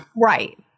Right